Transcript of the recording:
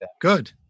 good